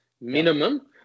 minimum